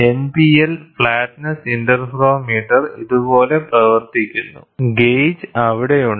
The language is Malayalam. NPL ഫ്ലാറ്റ്നെസ് ഇന്റർഫെറോമീറ്റർ ഇതുപോലെ പ്രവർത്തിക്കുന്നു ഗേജ് അവിടെയുണ്ട്